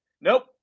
Nope